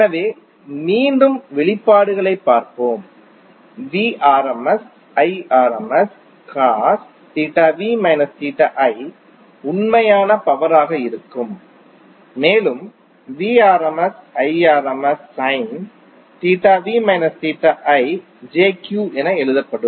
எனவே மீண்டும் வெளிப்பாடுகளைப் பார்ப்போம் உண்மையான பவர் ஆக இருக்கும் மேலும் jQ என எழுதப்படும்